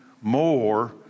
more